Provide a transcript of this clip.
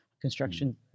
Construction